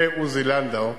ועוזי לנדאו,